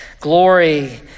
glory